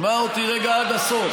רגע, שמע אותי רגע עד הסוף.